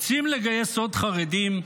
רוצים לגייס עוד חרדים?